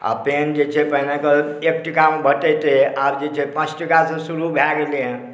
आ पेन जे छै पहिनेके एक टकामे भटै रहै से आब पाँच टका सऽ शुरू भए गेलै हेँ